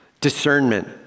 Discernment